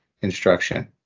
instruction